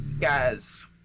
Guys